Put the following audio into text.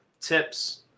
tips